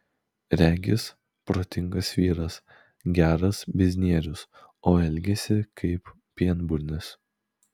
regis protingas vyras geras biznierius o elgiasi kaip pienburnis